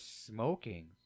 smoking